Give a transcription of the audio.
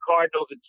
Cardinals